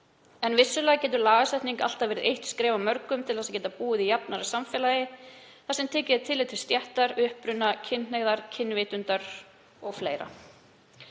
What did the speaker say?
en vissulega getur lagasetning alltaf verið eitt skref af mörgum til þess að geta búið í jafnara samfélagi þar sem tekið er tillit til stéttar, uppruna, kynhneigðar, kynvitundar o.fl.